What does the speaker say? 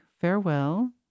farewell